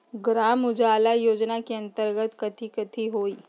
ग्राम उजाला योजना के अंतर्गत कथी कथी होई?